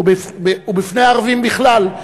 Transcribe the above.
ובפני הערבים בכלל,